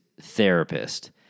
therapist